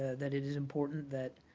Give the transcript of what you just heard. that it is important that